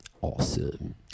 awesome